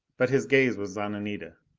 but his gaze was on anita.